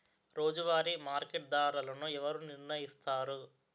రోజువారి మార్కెట్ ధరలను ఎవరు నిర్ణయిస్తారు?